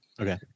Okay